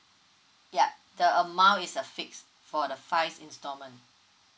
ya the amount is uh fixed for the five instalment